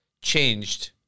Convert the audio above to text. changed